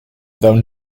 though